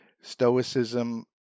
stoicism